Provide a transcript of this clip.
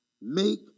make